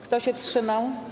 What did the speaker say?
Kto się wstrzymał?